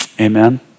Amen